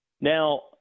now